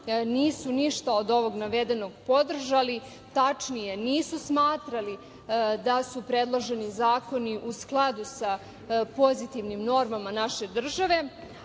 Nisu ništa od ovog navedenog podržali. Tačnije, nisu smatrali da su predloženi zakoni u skladu sa pozitivnim normama naše države,